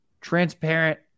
Transparent